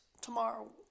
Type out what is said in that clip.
tomorrow